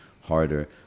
harder